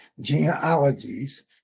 genealogies